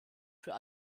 für